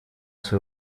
свое